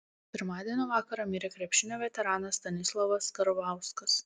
pirmadienio vakarą mirė krepšinio veteranas stanislovas karvauskas